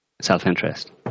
self-interest